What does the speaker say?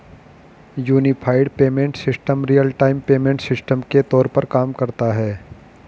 unified payment system real time payment system के तौर पर काम करता है